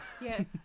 Yes